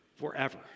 forever